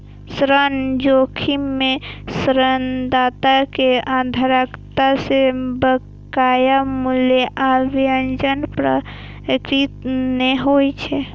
ऋण जोखिम मे ऋणदाता कें उधारकर्ता सं बकाया मूलधन आ ब्याजक प्राप्ति नै होइ छै